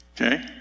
Okay